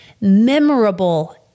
memorable